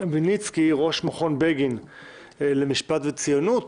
ויניצקי ראש מכון בגין למשפט וציונות